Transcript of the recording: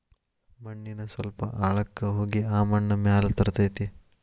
ಮಣ್ಣಿನ ಸ್ವಲ್ಪ ಆಳಕ್ಕ ಹೋಗಿ ಆ ಮಣ್ಣ ಮ್ಯಾಲ ತರತತಿ